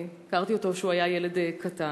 הכרתי אותו כשהוא היה ילד קטן,